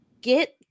get